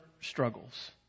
struggles